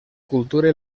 cultura